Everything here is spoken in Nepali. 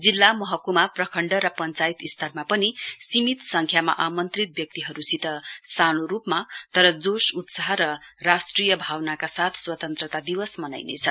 जिल्लामहकुमा प्रखण्ड र पञ्चायत स्तरमा पनि सीमित संख्यामा आमन्त्रित व्यक्तिहरुसित सानो रुपमा तर जोसउत्साह र राष्ट्रिय भावनाको साथ कार्यक्रम आयोजना गरिनेछ